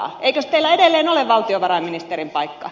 eikös teillä edelleen ole valtiovarainministerin paikka